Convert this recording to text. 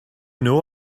know